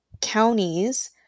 counties